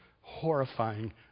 horrifying